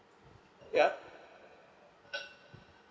ya